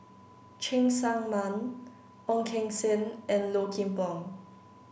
Cheng Tsang Man Ong Keng Sen and Low Kim Pong